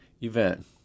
event